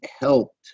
helped